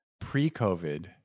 pre-COVID